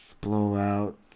Blowout